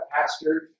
pastor